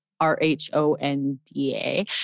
R-H-O-N-D-A